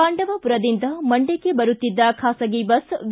ಪಾಂಡವಪುರದಿಂದ ಮಂಡ್ಟಣ್ಣೆ ಬರುತ್ತಿದ್ದ ಖಾಸಗಿ ಬಸ್ ವಿ